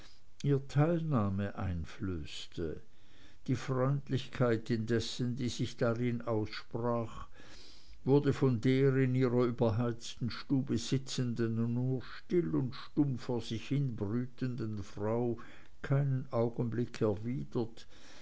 ihr teilnahme einflößte die freundlichkeit indessen die sich darin aussprach wurde von der in ihrer überheizten stube sitzenden und nur still und stumm vor sich hinbrütenden frau keinen augenblick erwidert